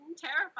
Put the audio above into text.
terrified